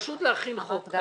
פשוט להכין חוק,